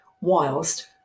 whilst